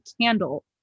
candle